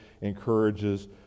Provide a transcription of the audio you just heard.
encourages